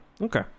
Okay